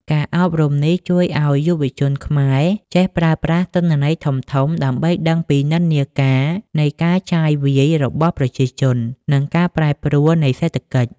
ការអប់រំនេះជួយឱ្យយុវជនខ្មែរចេះប្រើប្រាស់ "ទិន្នន័យធំៗ" ដើម្បីដឹងពីនិន្នាការនៃការចាយវាយរបស់ប្រជាជន និងការប្រែប្រួលនៃសេដ្ឋកិច្ច។